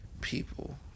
people